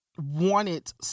wanted